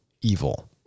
evil